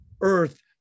earth